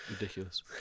ridiculous